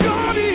God